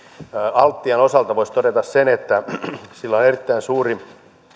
altian osalta voisi todeta sen että sillä on erittäin suuri